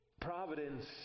providence